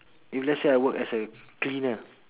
if let's say I work as a cleaner